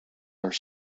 are